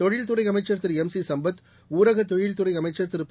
தொழில்துறை அமைச்சர் திரு எம் சி சம்பத் ஊரக தொழில்துறை அமைச்சர் திரு பா